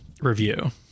review